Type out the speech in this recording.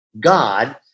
God